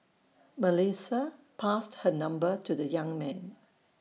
Melissa passed her number to the young man